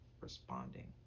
responding